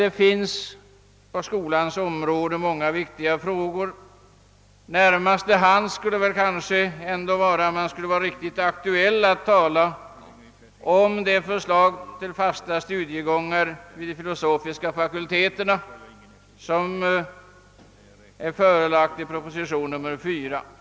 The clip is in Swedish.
Det finns på skolans område många viktiga frågor. Om man vill vara riktigt aktuell skulle det kanske ligga närmast till hands att tala om det förslag till fasta studiegångar vid de filosofiska fakulteterna som framlagts i proposition nr 4 till årets riksdag.